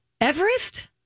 Everest